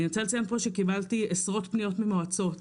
קיבלתי עשרות פניות ממועצות,